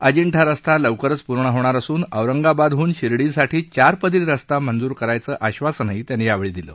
अजिंठा रस्ता लवकरच पूर्ण होणार असून औरंगाबादहून शिर्डीसाठी चार पदरी रस्ता मंजूर करण्याचं आश्वासनही त्यांनी यावेळी दिलं